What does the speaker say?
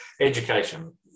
Education